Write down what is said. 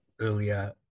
earlier